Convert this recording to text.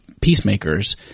peacemakers